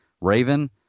raven